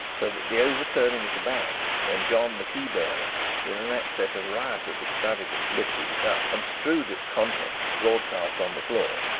so that the overturning of the bag, when john the keybearer in an access of riotous extravagance lifted it up and strewed its contents broadcast on the floor,